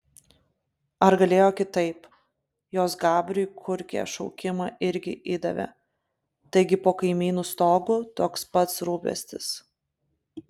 ar galėjo kitaip jos gabriui kurkė šaukimą irgi įdavė taigi po kaimynų stogu toks pat rūpestis